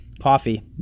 coffee